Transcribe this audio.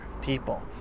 people